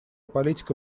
политика